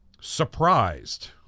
surprised